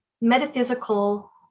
metaphysical